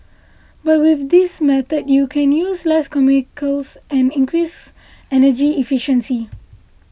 but with this method you can use less chemicals and increase energy efficiency